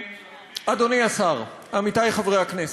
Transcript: אדוני השר, עמיתי חברי הכנסת,